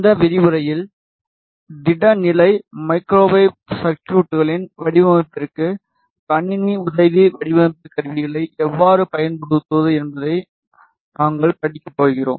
இந்த விரிவுரையில் திட நிலை மைக்ரோவேவ் சர்குய்ட்களின் வடிவமைப்பிற்கு கணினி உதவி வடிவமைப்பு கருவிகளை எவ்வாறு பயன்படுத்துவது என்பதை நாங்கள் படிக்கப்போகிறோம்